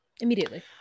immediately